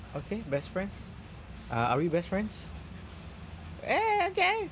okay best friends are are we best friends eh okay